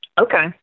Okay